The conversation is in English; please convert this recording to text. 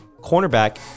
cornerback